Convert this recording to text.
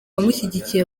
abamushyigikiye